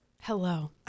Hello